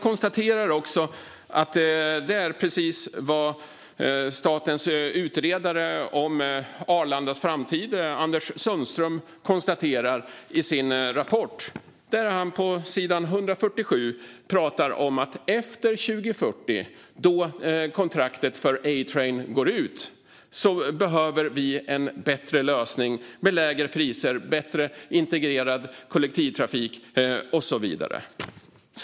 Det är också precis vad statens utredare om Arlandas framtid, Anders Sundström, konstaterar i sin rapport. På s. 147 skriver han att efter 2040, då kontraktet för A-train går ut, behöver vi en bättre lösning med lägre priser, bättre integrerad kollektivtrafik, och så vidare.